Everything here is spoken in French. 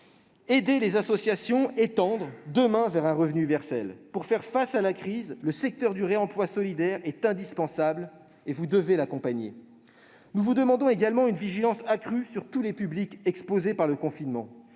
aider les associations et tendre demain vers un revenu universel. Allons-y ! Pour faire face à la crise, le secteur du réemploi solidaire est indispensable, et vous devez l'accompagner. Nous vous demandons également de faire preuve d'une vigilance accrue à l'égard de tous les publics exposés par le confinement